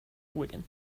wigan